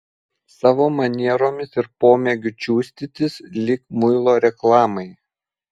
savo manieromis ir pomėgiu čiustytis lyg muilo reklamai